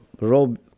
robe